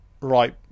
right